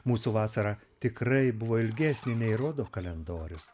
mūsų vasara tikrai buvo ilgesnė nei rodo kalendorius